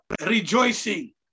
rejoicing